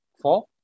four